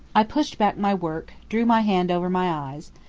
i pushed back my work, drew my hand over my eyes,